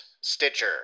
Stitcher